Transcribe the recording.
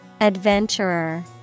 Adventurer